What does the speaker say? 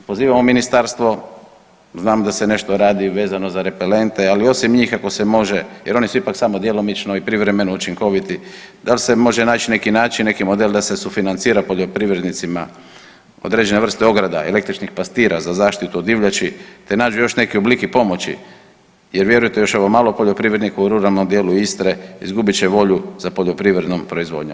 Pozivamo ministarstvo, znam da se nešto radi vezano za repelente, ali osim njih ako se može jer oni su ipak samo djelomično i privremeno učinkoviti, dal se može naći neki način i neki model da se sufinancira poljoprivrednicima određene vrsta ograda električnih pastira za zaštitu od divljači, te nađu još neki obliki pomoći jer vjerujte još ovo malo poljoprivrednika u ruralnom dijelu Istre izgubit će volju za poljoprivrednom proizvodnjom.